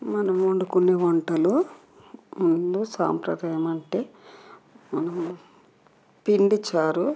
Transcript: మనం వండుకునే వంటలు ముందు సాంప్రదాయం అంటే మనము పిండి చారు